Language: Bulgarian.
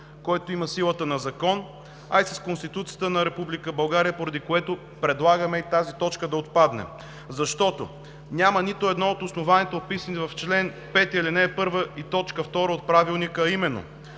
който има силата на закон, а и с Конституцията на Република България, поради което предлагаме тази точка да отпадне. Защото няма нито едно от основанията, описани в чл. 5, ал. 1 и т. 2 от Правилника, а именно